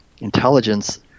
intelligence